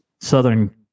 Southern